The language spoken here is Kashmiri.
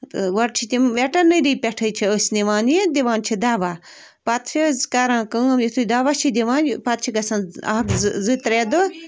تہٕ گۄڈٕ چھِ تِم وٮ۪ٹَنٔری پٮ۪ٹھٕے چھِ ٲسۍ نِوان یہِ دِوان چھِ دوا پَتہٕ چھِ حظ کَران کٲم یُتھُے دوا چھِ دِوان یہِ پَتہٕ چھِ گژھان اَکھ زٕ زٕ ترٛےٚ دۄہ